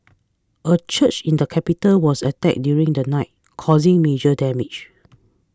a church in the capital was attacked during the night causing damage